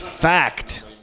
fact